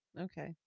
Okay